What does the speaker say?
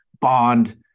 bond